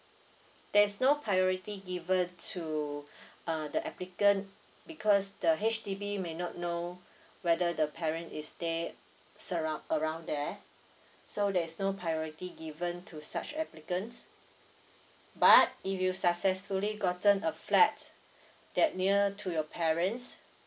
there is no priority given to uh the applicant because the H_D_B may not know whether the parent is there surround around there so there's no priority given to such applicants but if you successfully gotten a flat that near to your parents